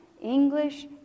English